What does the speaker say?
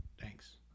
thanks